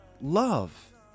love